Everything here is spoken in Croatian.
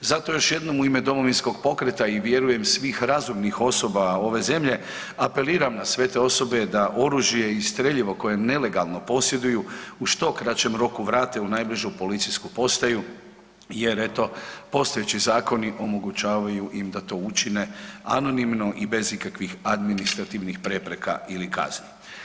Zato još jednom u ime Domovinskog pokreta i vjerujem svih razumnih osoba ove zemlje apeliram na sve te osobe da oružje i streljivo koje nelegalno posjeduju u što kraćem roku vrate u najbližu policijsku postaju jer eto postojeći zakoni omogućavaju im da to učine anonimno i bez ikakvih administrativnih prepreka ili kazni.